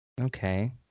Okay